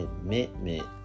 commitment